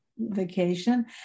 vacation